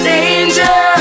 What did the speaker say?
Danger